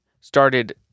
started